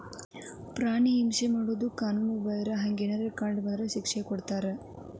ಪ್ರಾಣಿ ಹಿಂಸೆ ಮಾಡುದು ಕಾನುನು ಬಾಹಿರ, ಹಂಗೆನರ ಕಂಡ ಬಂದ್ರ ಶಿಕ್ಷೆ ಕೊಡ್ತಾರ